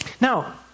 Now